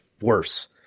worse